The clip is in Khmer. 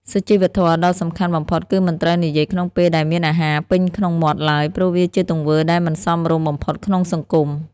សុជីវធម៌ដ៏សំខាន់បំផុតគឺមិនត្រូវនិយាយក្នុងពេលដែលមានអាហារពេញក្នុងមាត់ឡើយ ព្រោះវាជាទង្វើដែលមិនសមរម្យបំផុតក្នុងសង្គម។